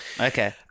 Okay